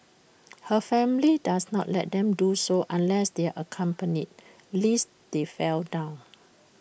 her family does not let them do so unless they are accompanied lest they fall down